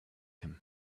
him